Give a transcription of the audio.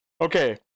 okay